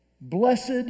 Blessed